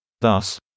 Thus